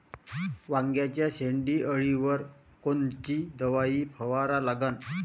वांग्याच्या शेंडी अळीवर कोनची दवाई फवारा लागन?